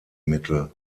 mittel